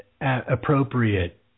appropriate